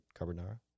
Carbonara